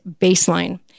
Baseline